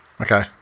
Okay